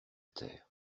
terre